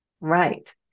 Right